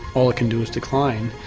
all it can do is decline.